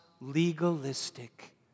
legalistic